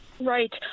Right